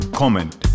comment